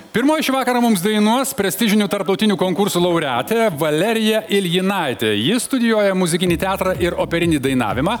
pirmoji šį vakarą mums dainuos prestižinių tarptautinių konkursų laureatė valerija iljinaitė ji studijuoja muzikinį teatrą ir operinį dainavimą